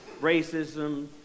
racism